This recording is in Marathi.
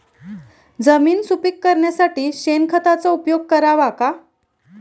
जमीन सुपीक करण्यासाठी शेणखताचा उपयोग करावा का?